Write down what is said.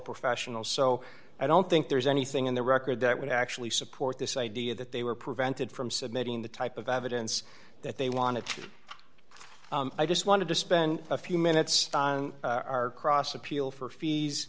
professionals so i don't think there's anything in the record that would actually support this idea that they were prevented from submitting the type of evidence that they wanted i just wanted to spend a few minutes our cross appeal for fees